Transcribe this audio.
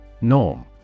Norm